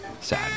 sad